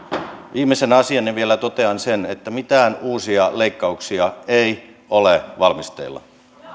viimeisenä asianani vielä totean sen että mitään uusia leikkauksia ei ole valmisteilla